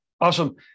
Awesome